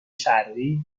شرقی